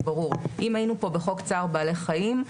זה ברור: אם היינו פה בחוק צער בעלי חיים,